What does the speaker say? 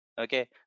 okay